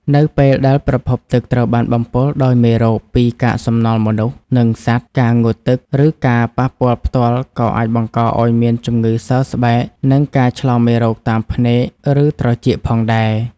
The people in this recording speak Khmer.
នៅពេលដែលប្រភពទឹកត្រូវបានបំពុលដោយមេរោគពីកាកសំណល់មនុស្ស និងសត្វ ការងូតទឹក ឬការប៉ះពាល់ផ្ទាល់ក៏អាចបង្កឱ្យមានជំងឺសើស្បែក និងការឆ្លងមេរោគតាមភ្នែក ឬត្រចៀកផងដែរ។